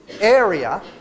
area